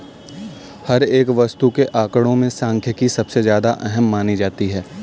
हर एक वस्तु के आंकडों में सांख्यिकी सबसे ज्यादा अहम मानी जाती है